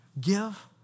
give